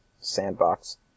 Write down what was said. sandbox